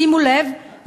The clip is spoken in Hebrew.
שימו לב,